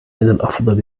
الأفضل